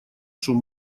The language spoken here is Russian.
шум